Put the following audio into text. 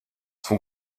son